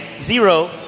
Zero